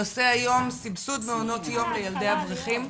הנושא היום סבסוד מעונות יום לילדי אברכים.